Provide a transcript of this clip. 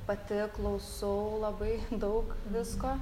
pati klausau labai daug visko